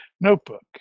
notebook